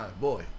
boy